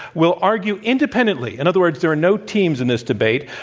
will argue independently, in other words, there are no teams in this debate,